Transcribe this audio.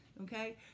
okay